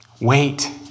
Wait